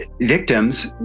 victims